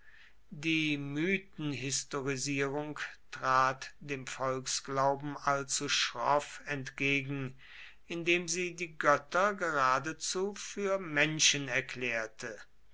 die mythenhistorisierung trat dem volksglauben allzu schroff entgegen indem sie die götter geradezu für menschen erklärte